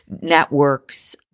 networks